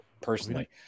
Personally